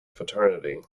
fraternity